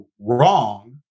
wrong